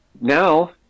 Now